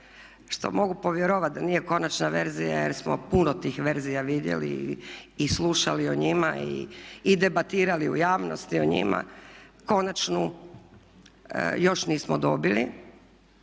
što mogu povjerovati da nije konačna verzija jer smo puno tih verzija vidjeli i slušali o njima i debatirali u javnosti o njima, konačnu još nismo dobili